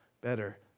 better